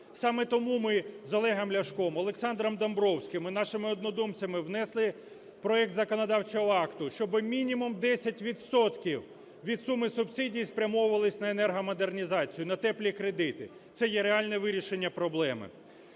Саме тому ми з Олегом Ляшком, Олександром Домбровським і нашими однодумцями внесли проект законодавчого акту, щоб мінімум 10 відсотків від суми субсидій спрямовувались на енергомодернізацію, на "теплі кредити". Це є реальне вирішення проблеми.